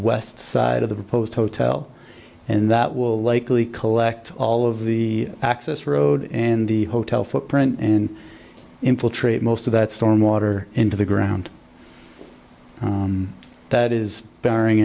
west side of the proposed hotel and that will likely collect all of the access road and the hotel footprint and infiltrate most of that storm water into the ground that is barring